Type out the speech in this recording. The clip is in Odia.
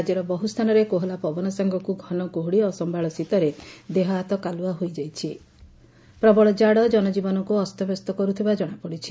ରାଜ୍ୟର ବହୁ ସ୍ଚାନରେ କୋହଲା ପବନ ସାଙ୍ଗକୁ ଘନ କୁହୁଡି ଓ ଅସୟାଳ ଶୀତରେ ଦେହ ହାତ କାଲୁଆ ହୋଇଯାଇଛି ପ୍ରବଳ କାଡ ଜନଜୀବନକୁ ଅସ୍ତବ୍ୟସ୍ତ କରୁଥିବା ଜଶାପଡିଛି